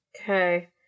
okay